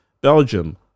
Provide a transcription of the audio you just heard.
Belgium